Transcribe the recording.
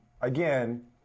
again